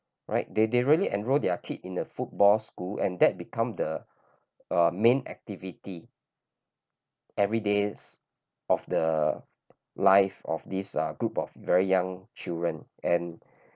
right they they really enrolled their kid in a football school and that become the uh main activity every days of the life of this uh group of very young children and